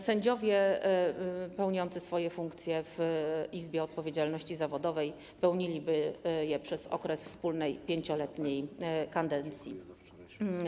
Sędziowie pełniący swoje funkcje w Izbie Odpowiedzialności Zawodowej pełniliby je przez okres wspólnej 5-letniej kadencji.